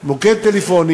מוקד טלפוני